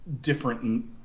different